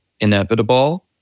inevitable